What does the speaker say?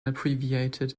abbreviated